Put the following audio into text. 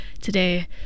today